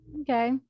Okay